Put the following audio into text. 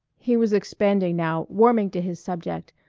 he was expanding now, warming to his subject.